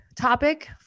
topic